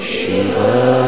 Shiva